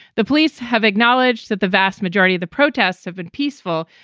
the police have acknowledged that the vast majority of the protests have been peaceful,